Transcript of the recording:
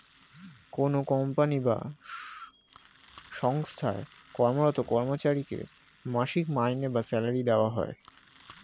কোনো কোম্পানি বা সঙ্গস্থায় কর্মরত কর্মচারীকে মাসিক মাইনে বা স্যালারি দেওয়া হয়